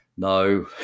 No